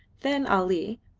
then ali,